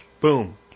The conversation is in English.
boom